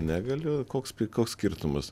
negaliu koks koks skirtumas